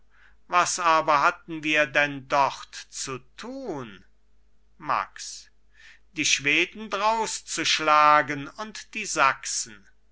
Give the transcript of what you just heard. was aber hatten wir denn dort zu tun max die schweden drauszuschlagen und die sachsen